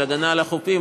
של הגנה על החופים,